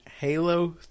Halo